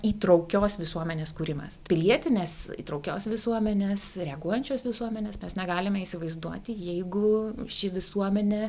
įtraukios visuomenės kūrimas pilietinės įtraukios visuomenės reaguojančios visuomenės mes negalime įsivaizduoti jeigu ši visuomenė